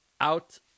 Out